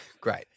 Great